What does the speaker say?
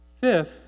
Fifth